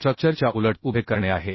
structure च्या उलट उभे करणे आहे